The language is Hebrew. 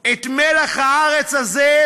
את מלח הארץ הזה,